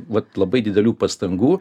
vat labai didelių pastangų